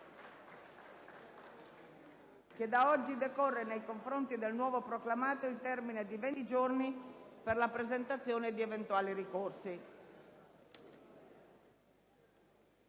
che da oggi decorre, nei confronti del nuovo proclamato, il termine di venti giorni per la presentazione di eventuali reclami.